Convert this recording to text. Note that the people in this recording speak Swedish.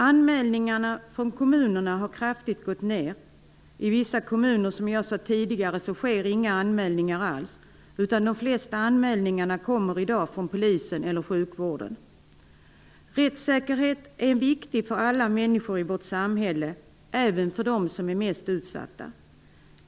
Anmälningarna från kommunerna har kraftigt minskat i antal. Som jag sade tidigare sker det i vissa kommuner inga anmälningar alls, utan de flesta anmälningarna kommer i dag från polisen eller sjukvården. Rättssäkerhet är viktigt för alla människor i vårt samhälle, även för dem som är mest utsatta.